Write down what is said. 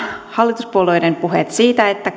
hallituspuolueiden puheet siitä että